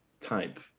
type